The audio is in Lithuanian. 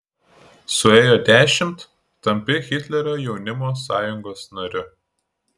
suėjo dešimt tampi hitlerio jaunimo sąjungos nariu